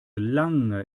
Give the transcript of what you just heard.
lange